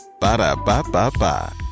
ba-da-ba-ba-ba